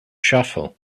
shuffle